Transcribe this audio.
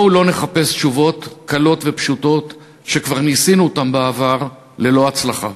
בואו לא נחפש תשובות קלות ופשוטות שכבר ניסינו בעבר ללא הצלחה.